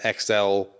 XL